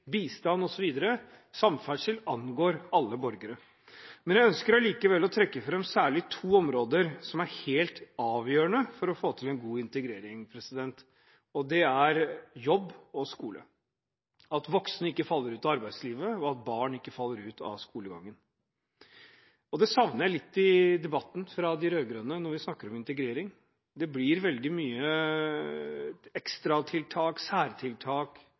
samferdsel osv. angår alle borgere. Jeg ønsker allikevel å trekke fram særlig to områder som er helt avgjørende for å få til en god integrering: Det er jobb og skole – at voksne ikke faller ut av arbeidslivet, og at barn ikke faller ut av skolegangen. Dette savner jeg litt fra de rød-grønne i debatten når vi snakker om integrering. Det blir veldig mye ekstratiltak, særtiltak,